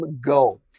go